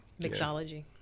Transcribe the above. mixology